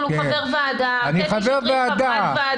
לפי העניין" יבוא "על 50"; פסקאות משנה (א) ו,